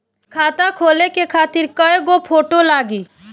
खाता खोले खातिर कय गो फोटो लागी?